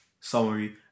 summary